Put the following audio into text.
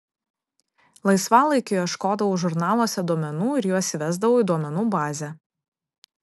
laisvalaikiu ieškodavau žurnaluose duomenų ir juos įvesdavau į duomenų bazę